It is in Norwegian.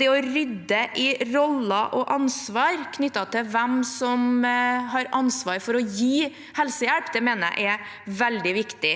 Det å rydde i roller og ansvar knyttet til hvem som har ansvar for å gi helsehjelp, mener jeg er veldig viktig.